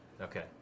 Okay